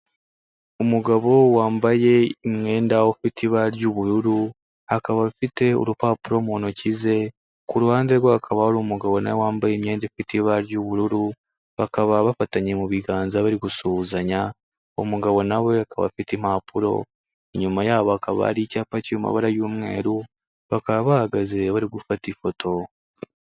Umugabo wambaye umwenda ufite ibara ry'ubururu, akaba afite urupapuro mu ntoki ze, ku ruhande rwe hakaba hari umugabo nawe wambaye imyenda ifite ibara ry'ubururu, bakaba bafatanye mu biganza bari gusuhuzanya, umugabo nawe akaba afite impapuro, inyuma yabo akaba hari icyapa cy'amabara y'umweru bakaba bahagaze bari gufata ifoto.